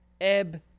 ebb